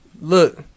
look